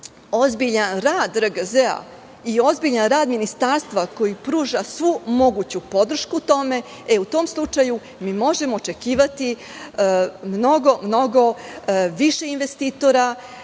ozbiljan rad RGZ i ozbiljan rad Ministarstva, koji pruža svu moguću podršku tome, u tom slučaju možemo očekivati mnogo više investitora